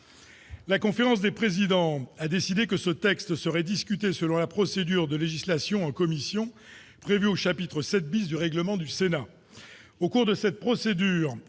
La conférence des présidents a décidé que ce texte serait discuté selon la procédure de législation en commission prévue au chapitre VII du règlement du Sénat. Au cours de cette procédure,